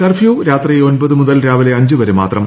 curfew രാത്രി ഒൻപത് മുതൽ രാവിലെ അഞ്ചു വരെ മാത്രം